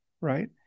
right